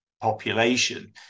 population